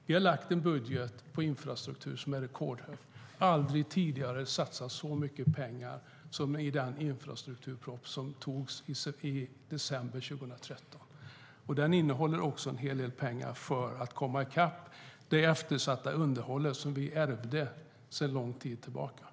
Vi har lagt fram en budget för infrastruktur som är rekordhög - aldrig tidigare har det satsats så mycket pengar som i den infrastrukturproposition som antogs i december 2013. Den innehåller också en hel del pengar för att komma ikapp med det eftersatta underhåll vi ärvde och som har funnits sedan lång tid tillbaka.